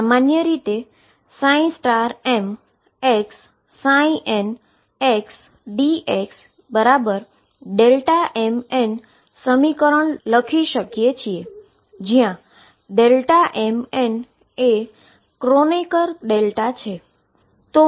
તેથી સામાન્ય રીતે mxnxdxmn સમીકરણ લખુ છુ જ્યાં mn એ ક્રોનેકર ડેલ્ટા છે